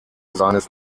seines